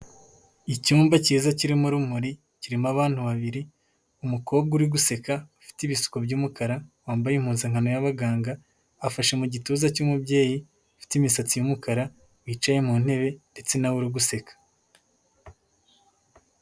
Icyumba cyiza kirimo urumuri, kirimo abana babiri, umukobwa uri guseka ufite ibishuko by'umukara, wambaye impuzankano y'abaganga, afashe mu gituza cy'umubyeyi ufite imisatsi y'umukara, wicaye mu ntebe ndetse nawe uri guseka.